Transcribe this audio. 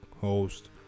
host